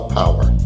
power